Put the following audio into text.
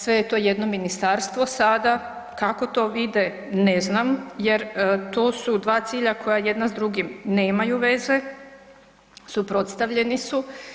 Sve je to jedno ministarstvo sada, kako to vide ne znam jer to su dva cilja koja jedna s drugim nemaju veze, suprotstavljeni su.